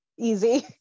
Easy